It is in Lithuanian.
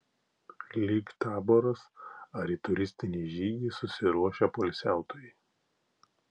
lyg taboras ar į turistinį žygį susiruošę poilsiautojai